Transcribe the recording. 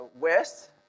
west